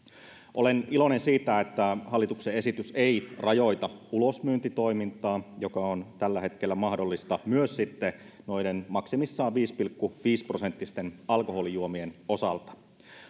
olen iloinen siitä että hallituksen esitys ei rajoita ulosmyyntitoimintaa joka on tällä hetkellä mahdollista myös maksimissaan viisi pilkku viisi prosenttisten alkoholijuomien osalta